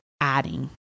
adding